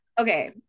Okay